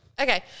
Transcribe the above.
Okay